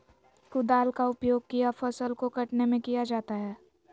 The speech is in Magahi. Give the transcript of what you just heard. कुदाल का उपयोग किया फसल को कटने में किया जाता हैं?